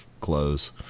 clothes